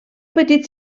petit